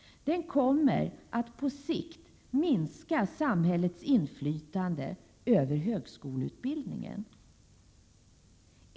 Den kommer att på sikt minska samhällets inflytande över högskoleutbildningen.